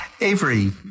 Avery